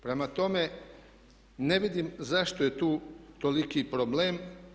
Prema tome, ne vidim zašto je tu toliki problem.